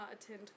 attend